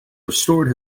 restored